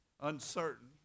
uncertain